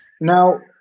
Now